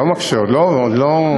עוד לא,